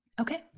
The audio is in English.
Okay